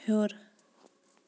ہیوٚر